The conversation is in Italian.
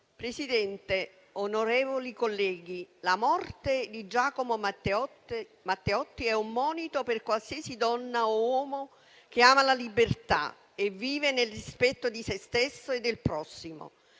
Presidente, onorevoli colleghi, la morte di Giacomo Matteotti è un monito per qualsiasi donna o uomo che ama la libertà e vive nel rispetto di se stesso e del prossimo,